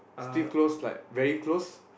still close like very close